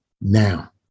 Now